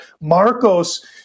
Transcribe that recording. Marcos